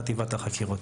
חטיבת החקירות.